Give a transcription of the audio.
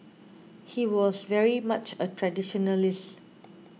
he was very much a traditionalist